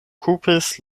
okupis